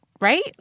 right